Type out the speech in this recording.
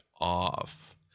off